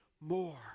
more